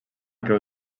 creu